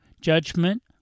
Judgment